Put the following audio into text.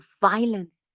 violence